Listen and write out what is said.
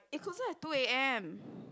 it closes at two A_M